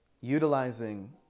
utilizing